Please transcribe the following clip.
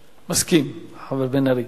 מסכים, חבר הכנסת בן-ארי?